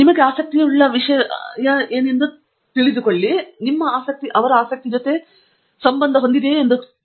ಮತ್ತು ಆಂಡ್ರ್ಯೂ ಕೂಡ ಆ ಪ್ರದೇಶದೊಂದಿಗೆ ಹೋಗುತ್ತದೆ ಮತ್ತು ನಿಮಗೆ ಆಸಕ್ತಿಯುಳ್ಳ ವಿಷಯಗಳಿವೆ ಎಂದು ಹೇಳಿದರು